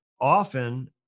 often